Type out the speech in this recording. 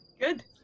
Good